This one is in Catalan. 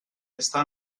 està